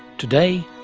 today,